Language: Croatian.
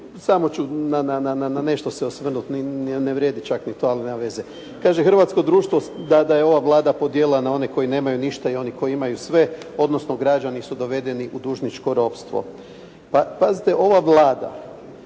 samo ću na nešto se osvrnuti. Ne vrijedi čak ni to ali nema veze. Kaže: «Hrvatsko društvo da, da je ova Vlada podijelila na one koji nemaju ništa i one koji imaju sve odnosno građani su dovedeni u dužničko ropstvo.» Pa pazite ova Vlada